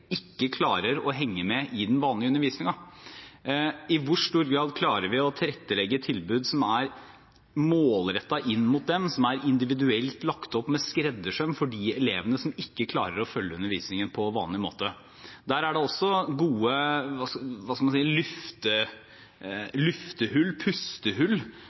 ikke klarer å henge med i den vanlige undervisningen, er spørsmålet: I hvor stor grad klarer vi å tilrettelegge tilbud som er målrettet, som er individuelt lagt opp med skreddersøm for de elevene som ikke klarer å følge undervisningen på vanlig måte? Der er det også gode – hva skal man si – luftehull, pustehull,